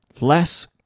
less